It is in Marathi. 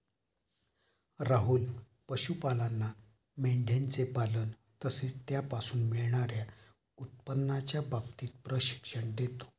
राहुल पशुपालांना मेंढयांचे पालन तसेच त्यापासून मिळणार्या उत्पन्नाच्या बाबतीत प्रशिक्षण देतो